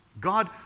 God